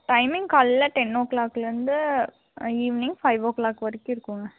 timing காலைல ten ஓ கிளாக்லந்து ஈவினிங் ஃபைவ் ஓ கிளாக் வரைக்கும் இருக்குங்க